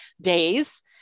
days